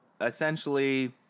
essentially